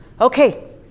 Okay